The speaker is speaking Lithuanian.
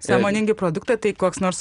sąmoningi produktai tai koks nors